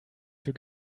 für